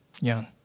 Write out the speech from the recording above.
young